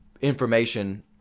information